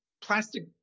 plastic